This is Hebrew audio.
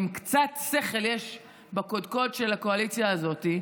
אם קצת שכל יש בקודקוד של הקואליציה הזאת,